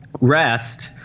rest